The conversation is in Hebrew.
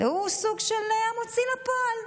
והוא סוג של המוציא לפועל: